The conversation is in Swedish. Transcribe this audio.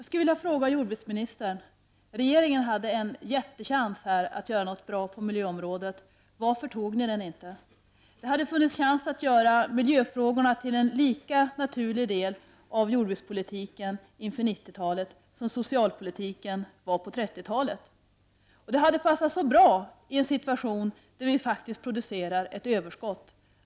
Herr talman! Regeringen hade en jättechans här att göra något bra på miljöområdet. Jag skulle vilja fråga jordbruksministern: Varför tog ni inte den? Det hade funnits chans att göra miljöfrågorna till en lika naturlig del av jordbrukspolitiken inför 1990-talet som socialpolitiken var på 1930-talet. Det hade passat mycket bra att ändra på inriktningen i en situation där vi faktiskt producerar ett överskott.